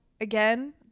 again